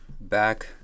back